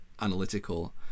analytical